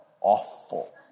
awful